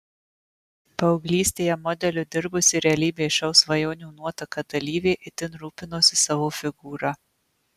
paauglystėje modeliu dirbusi realybės šou svajonių nuotaka dalyvė itin rūpinosi savo figūra